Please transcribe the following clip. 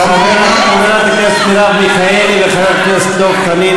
חברת הכנסת מרב מיכאלי וחבר הכנסת דב חנין,